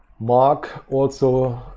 mark also